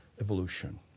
evolution